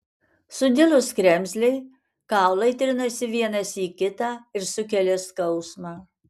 sudilus kremzlei kaulai trinasi vienas į kitą ir sukelia skausmą